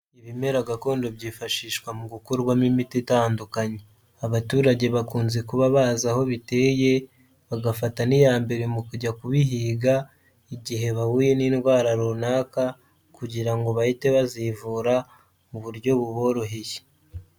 Ibimera gakondo byifashishwa mu gukorwamo imiti itandukanye. Abaturage bakunze kuba bazi aho biteye bagafata n'iya mbere mu kujya kubihiga, igihe bahuye n'indwara runaka kugira ngo bahite bazivura mu buryo buboroheye.